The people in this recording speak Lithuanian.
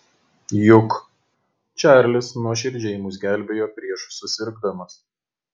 juk čarlis nuoširdžiai mus gelbėjo prieš susirgdamas